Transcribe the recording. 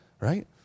right